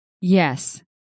Yes